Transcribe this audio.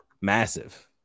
Massive